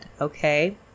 okay